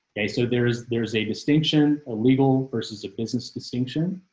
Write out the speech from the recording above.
okay, so there's there's a distinction or legal versus a business distinction.